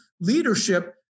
Leadership